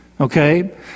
Okay